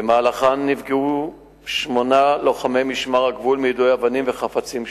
במהלכן נפגעו שמונה לוחמי משמר הגבול מיידוי אבנים וחפצים שונים.